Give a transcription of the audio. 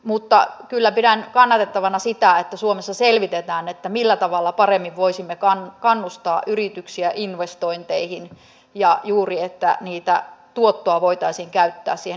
mutta kyllä pidän kannatettavana sitä että suomessa selvitetään millä tavalla paremmin voisimme kannustaa yrityksiä investointeihin ja juuri että tuottoa voitaisiin käyttää siihen yritystoiminnan kehittämiseen